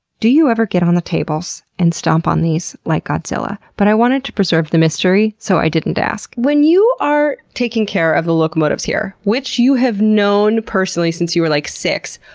do you ever get on the tables and stomp on these like godzilla? but i wanted to preserve the mystery, so i didn't ask. when you are taking care of the locomotives here, which you have known personally since you were, like, six,